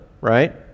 right